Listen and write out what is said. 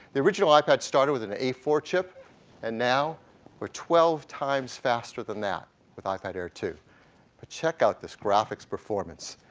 the original ipad started with an a four chip and now we're twelve times faster than that with um ipad air two. and ah check out this graphics performance.